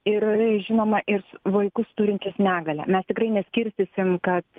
ir žinoma ir vaikus turinčius negalią mes tikrai neskirstysim kad